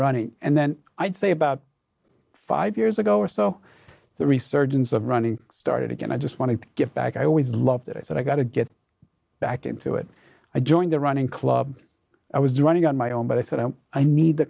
running and then i'd say about five years ago or so the resurgence of running started again i just wanted to get back i always loved it i got to get back into it i joined the running club i was running on my own but i said i need the